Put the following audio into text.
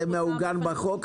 מעוגן בחוק?